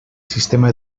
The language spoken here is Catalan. sistema